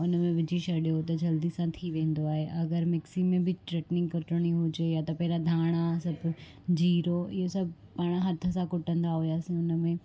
हुन में विझी छॾियो त जल्दी सां थी वेंदो आहे अगरि मिक्सी में बि चटनी कुटणी हुजे या त पहिरियों धाणा सभु जीरो इहे सभु पाण हथ सां कुटंदा हुआसीं हुन में